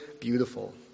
beautiful